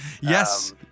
Yes